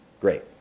Great